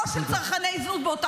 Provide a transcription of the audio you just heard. -- בצריכת זנות בין גבר לאישה,